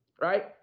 right